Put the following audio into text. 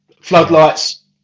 floodlights